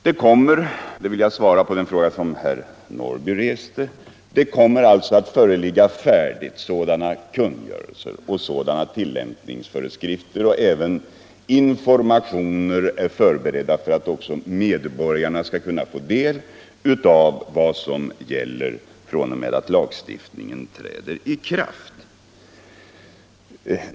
Som svar på den fråga herr Norrby ställde vill jag säga att tillämpningsföreskrifter kommer att föreligga. Vi har också förberett en information så att medborgarna skall veta vilka regler som gäller när lagstiftningen träder i kraft.